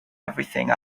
everything